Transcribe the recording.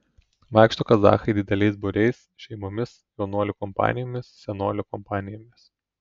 vaikšto kazachai dideliais būriais šeimomis jaunuolių kompanijomis senolių kompanijomis